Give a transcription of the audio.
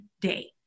day